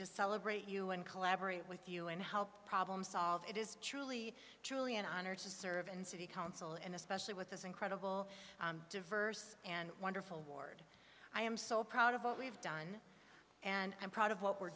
to celebrate you and collaborate with you and help problem solve it is truly truly an honor to serve in city council and especially with this incredible diverse and wonderful ward i am so proud of what we've done and i'm proud of what we're